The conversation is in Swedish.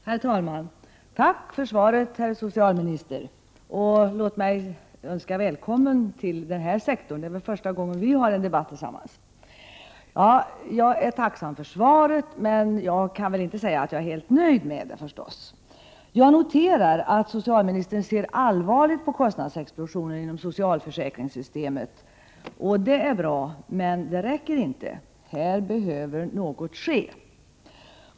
Herr talman! Tack för svaret, herr socialminister. Låt mig önska välkommen till denna sektor. Det är första gången vi har en debatt tillsammans. Jag är tacksam för svaret, men jag kan inte säga att jag är helt nöjd med det. Jag noterar att socialministern ser allvarligt på kostnadsexplosionen inom socialförsäkringssystemet. Det är bra, men det räcker inte. Här behöver något ske.